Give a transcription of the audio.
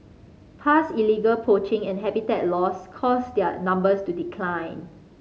past illegal poaching and habitat loss caused their numbers to decline